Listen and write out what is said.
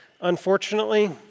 unfortunately